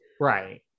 right